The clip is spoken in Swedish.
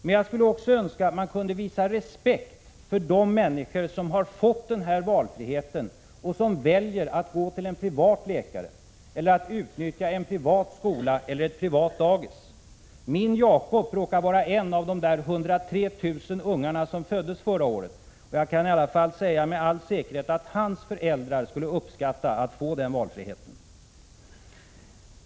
Men jag skulle också önska att man kunde visa respekt för de människor som har fått den här valfriheten och som väljer att gå till en privat läkare eller att utnyttja en privat skola eller ett privat dagis. Min Jacob råkar vara en av de 102 000 ungar som föddes förra året, och jag kan i alla fall med all säkerhet säga att hans föräldrar skulle uppskatta att få den valfriheten.